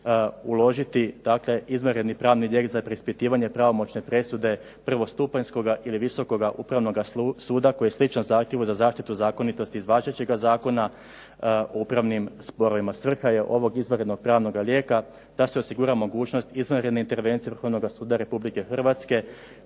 uložiti dakle izvanredni pravni lijek za preispitivanje pravomoćne presude prvostupanjskoga ili Visokoga upravnoga suda koji je sličan zahtjevu za zaštitu zakonitosti iz važećega Zakona o upravnim sporovima. Svrha je ovoga izvanrednoga pravnoga lijeka da se osigura mogućnost izvanredne intervencije Vrhovnoga suda RH kao